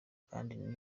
kandi